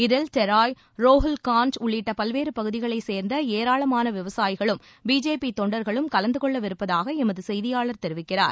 இதில் தெராய் ரோஹில்காண்ட் உள்ளிட்ட பல்வேறு பகுதிகளை சேர்ந்த ஏராளமான விவசாயிகளும் பிஜேபி தொண்டர்களும் கலந்துகொள்ளவிருப்பதாக எமது செய்தியாளர் தெரிவிக்கிறார்